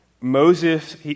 Moses